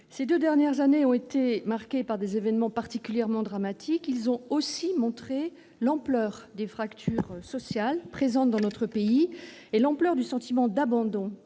ces deux dernières années ont été marquées par des événements particulièrement dramatiques, qui ont aussi montré l'ampleur des fractures sociales présentes dans notre pays et celle du sentiment d'abandon